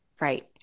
Right